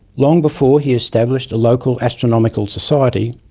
long before he established a local astronomical society,